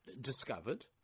discovered